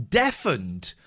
deafened